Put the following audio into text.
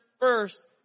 first